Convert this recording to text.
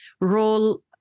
role